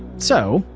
so,